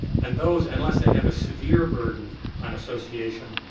and those, unless they have a severe burden on association,